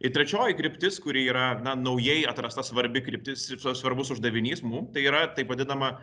ir trečioji kryptis kuri yra na naujai atrasta svarbi kryptis ir s svarbus uždavinys mum tai yra taip vadinama